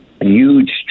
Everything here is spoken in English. huge